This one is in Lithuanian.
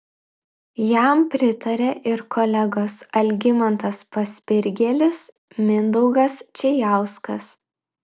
jam pritarė ir kolegos algimantas paspirgėlis mindaugas čėjauskas